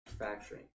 manufacturing